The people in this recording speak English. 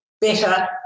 better